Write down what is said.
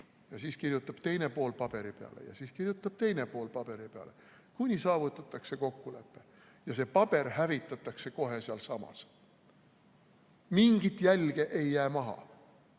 Siis kirjutab üks pool paberi peale ja siis kirjutab teine pool paberi peale, kuni saavutatakse kokkulepe ja see paber hävitatakse kohe sealsamas. Mingit jälge ei jää maha.